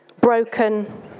broken